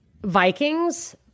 Vikings